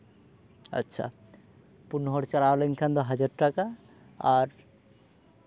ᱟᱪᱪᱷᱟ ᱯᱩᱱ ᱦᱚᱲ ᱪᱟᱞᱟᱣ ᱞᱮᱱᱠᱷᱟᱱ ᱫᱚ ᱦᱟᱡᱟᱨ ᱴᱟᱠᱟ ᱟᱨ